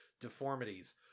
deformities